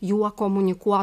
juo komunikuo